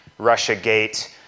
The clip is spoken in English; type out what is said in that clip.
Russiagate